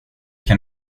kan